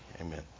Amen